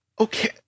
Okay